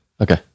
okay